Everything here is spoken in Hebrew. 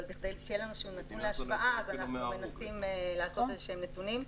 אבל כדי שיהיה לנו איזשהו נתון להשוואה אנחנו מנסים לתת איזשהם נתונים.